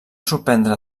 sorprendre